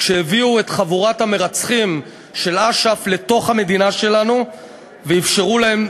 חוק ומשפט, והוא הבחירות